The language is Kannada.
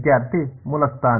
ವಿದ್ಯಾರ್ಥಿ ಮೂಲ ಸ್ಥಾನ